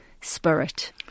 spirit